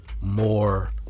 more